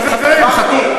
שאלתי איך זה קרה,